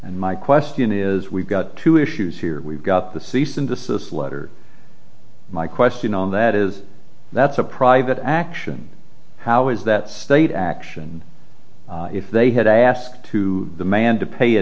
and my question is we've got two issues here we've got the cease and desist letter my question on that is that's a private action how is that state action if they had asked to the man to pay a